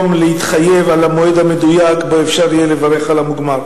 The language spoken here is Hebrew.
להתחייב על המועד המדויק שבו אפשר יהיה לברך על המוגמר.